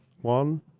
one